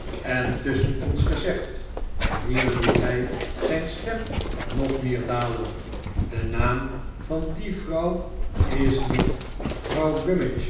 en tusschen ons gezegd hier liet hij zijn stem nog meer dalen de naam van die vrouw is niet vrouw